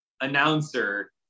announcer